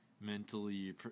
mentally